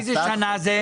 באיזו שנה זה?